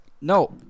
No